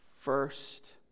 first